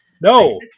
No